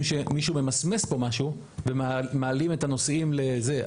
שמישהו ממסמס פה משהו ומעלים את הנושאים לזה.